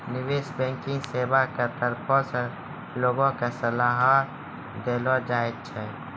निबेश बैंकिग सेबा के तरफो से लोगो के सलाहो देलो जाय छै